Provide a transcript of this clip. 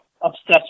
obsessed